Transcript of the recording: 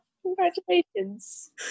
congratulations